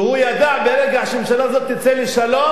והוא ידע שברגע שהממשלה הזאת תצא לשלום,